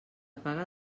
paga